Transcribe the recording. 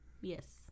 Yes